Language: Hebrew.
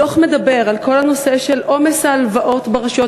הדוח מדבר על כל הנושא של עומס ההלוואות ברשויות